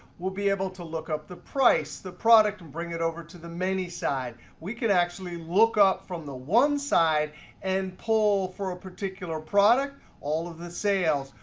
we'll be able to look up the price, the product, and bring it over to the many side. we can actually look up from the one side and pull for a particular product all of the sales.